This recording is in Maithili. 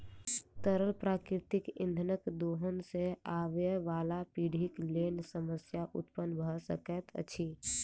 तरल प्राकृतिक इंधनक दोहन सॅ आबयबाला पीढ़ीक लेल समस्या उत्पन्न भ सकैत अछि